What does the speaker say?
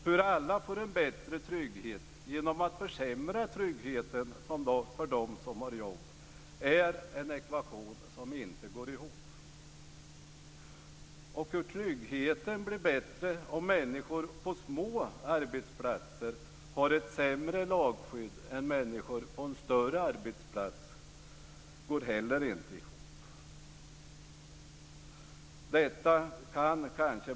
Hur alla får en bättre trygghet genom att tryggheten försämras för dem som har jobb är en ekvation som inte går ihop. Och hur tryggheten blir bättre om människor på små arbetsplatser har ett sämre lagskydd än människor på en större arbetsplats går inte heller ihop.